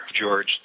George